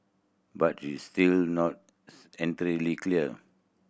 but it's still not entirely clear